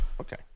Okay